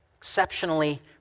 exceptionally